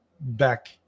back